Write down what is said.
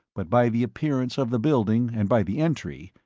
but by the appearance of the building and by the entry,